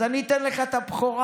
אז אני אתן לך את הבכורה,